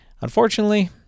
Unfortunately